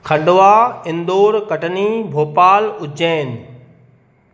Khandwa Indore Katni Bhopal Ujjain